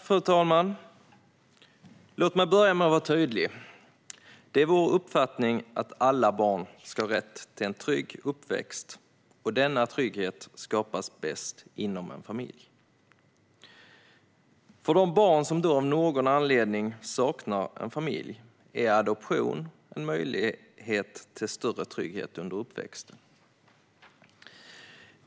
Fru talman! Låt mig börja med att vara tydlig. Det är vår uppfattning att alla barn ska ha rätt till en trygg uppväxt, och denna trygghet skapas bäst inom en familj. För de barn som av någon anledning saknar en familj är adoption en möjlighet till större trygghet under uppväxten.